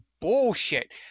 bullshit